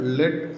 let